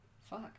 Fuck